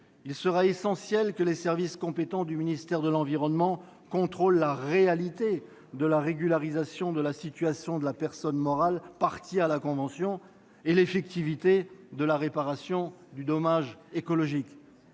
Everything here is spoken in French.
il sera essentiel que les services compétents du ministère de l'environnement contrôlent la réalité de la régularisation de la situation de la personne morale partie à la convention et l'effectivité de la réparation du dommage écologique.